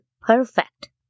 perfect